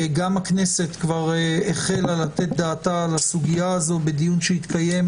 גם הכנסת כבר החלה לתת דעתה על הסוגיה הזו בדיון שהתקיים